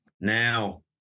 Now